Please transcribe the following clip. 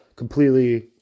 completely